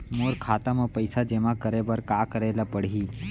मोर खाता म पइसा जेमा करे बर का करे ल पड़ही?